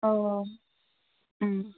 औ औ ओम